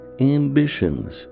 ambitions